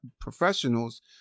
professionals